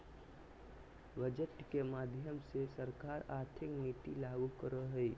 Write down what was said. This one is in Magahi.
बजट के माध्यम से सरकार आर्थिक नीति लागू करो हय